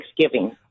Thanksgiving